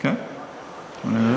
בכל אופן